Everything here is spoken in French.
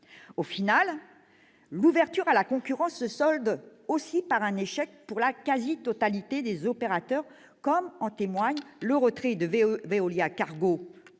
Au final, l'ouverture à la concurrence se solde aussi par un échec pour la quasi-totalité des opérateurs, comme en témoignent le retrait de Veolia-Cargo